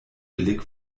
billig